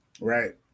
right